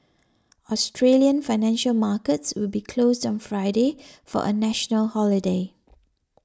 Australian financial markets will be closed on Friday for a national holiday